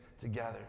together